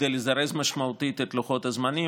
כדי לזרז משמעותית את לוחות הזמנים.